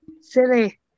Silly